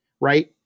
Right